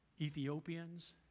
Ethiopians